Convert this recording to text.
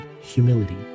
Humility